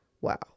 wow